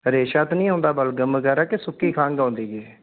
ਰੇਸ਼ਾ ਤਾਂ ਨਹੀਂ ਆਉਂਦਾ ਬਲਗਮ ਵਗੈਰਾ ਕਿ ਸੁੱਕੀ ਖੰਘ ਆਉਂਦਾ ਜੇ